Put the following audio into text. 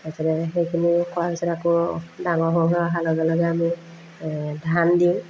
তাৰপিছতে সেইখিনি খোৱাৰ পিছত আকৌ ডাঙৰ হৈ হৈ অহাৰ লগে লগে আমি ধান দিওঁ